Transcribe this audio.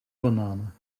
bananen